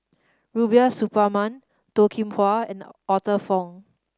Rubiah Suparman Toh Kim Hwa and Arthur Fong